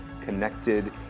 connected